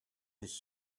his